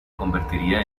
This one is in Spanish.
convertiría